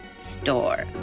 store